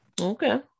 Okay